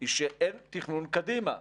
היא שאין תכנון קדימה.